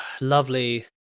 lovely